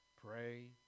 pray